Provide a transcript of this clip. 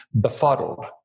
befuddled